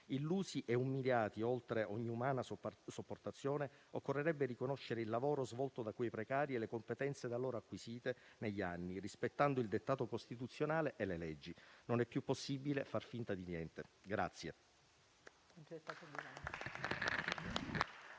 Illusi e umiliati oltre ogni umana sopportazione, occorrerebbe riconoscere il lavoro svolto da quei precari e le competenze da loro acquisite negli anni, rispettando il dettato costituzionale e le leggi. Non è più possibile far finta di niente.